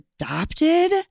adopted